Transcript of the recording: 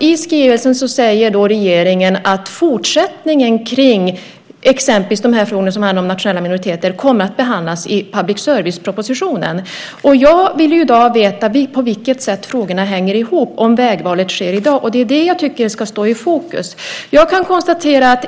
I skrivelsen säger regeringen att fortsättningen om exempelvis de frågor som handlar om nationella minoriteter kommer att behandlas i public service propositionen. Jag vill i dag veta på vilket sätt frågorna hänger ihop om vägvalet sker i dag. Det tycker jag ska stå i fokus.